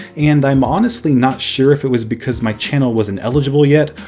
and i'm honestly not sure if it was because my channel wasn't eligible yet,